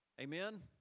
Amen